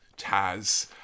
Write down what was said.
Taz